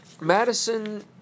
Madison